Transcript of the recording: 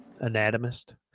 anatomist